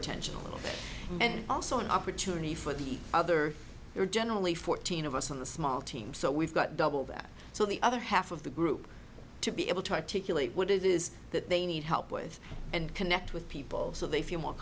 attention and also an opportunity for the other there are generally fourteen of us on the small team so we've got double that so the other half of the group to be able to articulate what it is that they need help with and connect with people so they feel more